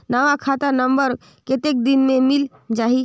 नवा खाता नंबर कतेक दिन मे मिल जाही?